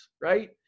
right